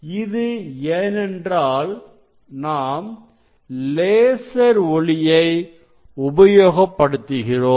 இது ஏனென்றால் நாம் லேசர் ஒளியை உபயோகப்படுத்துகிறோம்